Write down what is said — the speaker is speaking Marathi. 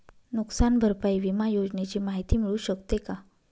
नुकसान भरपाई विमा योजनेची माहिती मिळू शकते का?